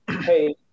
Hey